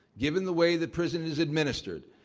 given the way that prison is administered,